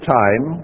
time